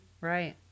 right